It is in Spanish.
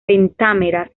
pentámeras